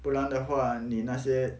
不然的话你那些